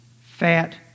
fat